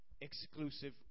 exclusive